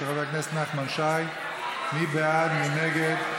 של חבר הכנסת נחמן שי.